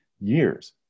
years